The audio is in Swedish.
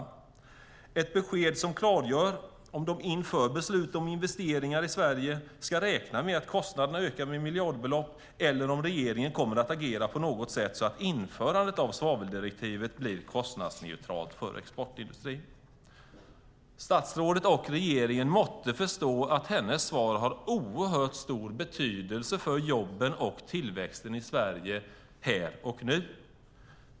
De måste få ett besked som klargör om de inför beslut om investeringar i Sverige ska räkna med att kostnaderna ökar med miljardbelopp eller om regeringen kommer att agera på något sätt så att införandet av svaveldirektivet blir kostnadsneutralt för exportindustrin. Statsrådet och regeringen måste förstå att hennes svar har stor betydelse för jobben och tillväxten i Sverige här och nu.